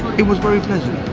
it was very pleasant.